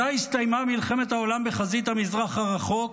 מתי הסתיימה מלחמת העולם בחזית המזרח הרחוק?